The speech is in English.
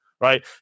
Right